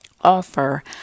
offer